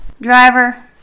Driver